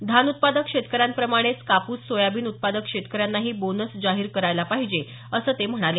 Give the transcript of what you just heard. धान उत्पादक शेतकयांप्रमाणेच कापूस सोयाबिन उत्पादक शेतकर्यांनाही बोनस जाहीर करायला पाहिजे असं ते म्हणाले